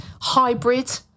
hybrid